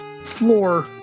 floor